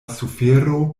sufero